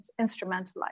instrumentalized